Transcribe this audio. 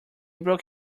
broke